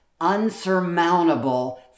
unsurmountable